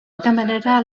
demanarà